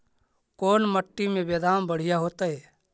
कोन मट्टी में बेदाम बढ़िया होतै?